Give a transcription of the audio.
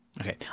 Okay